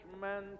men